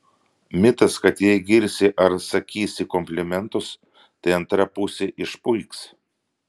mitas kad jei girsi ar sakysi komplimentus tai antra pusė išpuiks